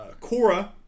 Cora